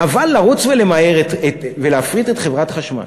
אבל לרוץ ולמהר להפריט את חברת החשמל,